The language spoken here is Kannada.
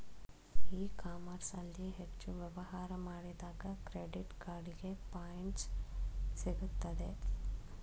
ಇ ಕಾಮರ್ಸ್ ಅಲ್ಲಿ ಹೆಚ್ಚು ವ್ಯವಹಾರ ಮಾಡಿದಾಗ ಕ್ರೆಡಿಟ್ ಕಾರ್ಡಿಗೆ ಪಾಯಿಂಟ್ಸ್ ಸಿಗುತ್ತದೆ